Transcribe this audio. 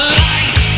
light